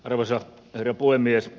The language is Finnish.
arvoisa herra puhemies